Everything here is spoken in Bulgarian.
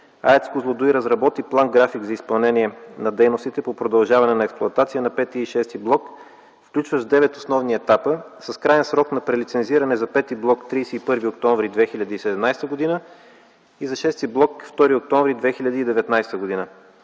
АЕЦ „Козлодуй” разработи план график за изпълнение на дейностите по продължаване на експлоатация на пети и шести блок, включващ девет основни етапа с краен срок на прелицензиране за пети блок – 31 октомври 2017 г., и за шести блок – 2 октомври 2019 г.